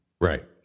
Right